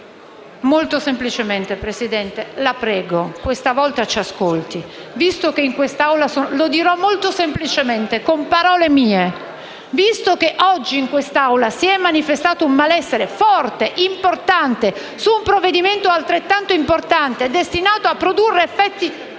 Molto semplicemente, signor Presidente, la prego, questa volta ci ascolti. Lo dirò molto semplicemente, con parole mie. Visto che oggi in quest'Aula si è manifestato un malessere forte su un provvedimento importante, destinato a produrre effetti